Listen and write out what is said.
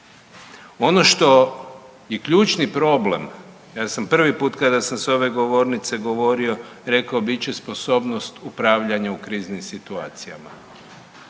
Ono što je ključni problem, ja sam prvi put kada sam s ove govornice govorio bit će sposobnost upravljanja u kriznim situacijama.